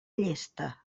llesta